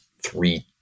three